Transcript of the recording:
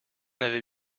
avait